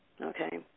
Okay